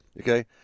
Okay